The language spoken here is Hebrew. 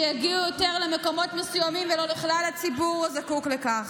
שיגיעו יותר למקומות מסוימים ולא לכלל הציבור הזקוק לכך.